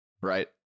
right